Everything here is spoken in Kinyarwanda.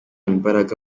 imbaraga